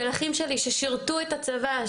של אחים שלי ששירתו את הצבא.